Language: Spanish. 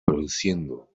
produciendo